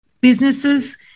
businesses